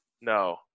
No